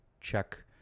check